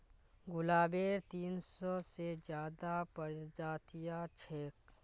गुलाबेर तीन सौ से ज्यादा प्रजातियां छेक